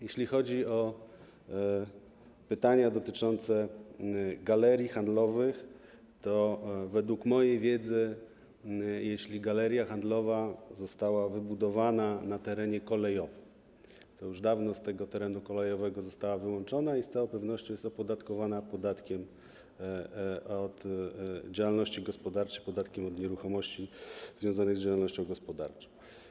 Jeśli chodzi o pytania dotyczące galerii handlowych, to według mojej wiedzy, jeśli galeria handlowa została wybudowana na terenie kolejowym, to już dawno z tego terenu kolejowego została wyłączona i z całą pewnością jest opodatkowana podatkiem od działalności gospodarczej, podatkiem od nieruchomości związanych z działalnością gospodarczą.